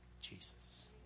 Jesus